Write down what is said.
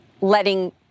letting